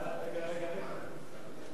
ההצעה להעביר את הצעת חוק